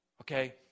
Okay